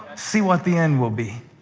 see what the end will be.